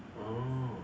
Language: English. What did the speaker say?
oh